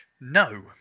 No